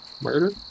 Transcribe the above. murder